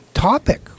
Topic